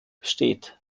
besteht